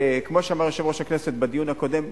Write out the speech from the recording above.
וכמו שאמר יושב-ראש הכנסת בדיון הקודם,